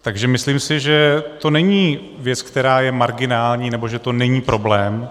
Takže si myslím, že to není věc, která je marginální, nebo že to není problém.